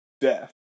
death